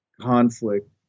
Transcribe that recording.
conflict